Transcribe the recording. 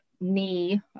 knee